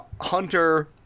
Hunter